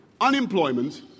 Unemployment